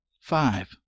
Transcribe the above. Five